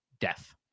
death